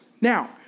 Now